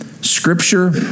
scripture